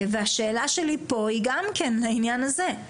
והשאלה שלי פה היא גם כן לעניין הזה,